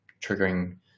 triggering